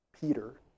Peter